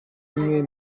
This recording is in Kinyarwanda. mwe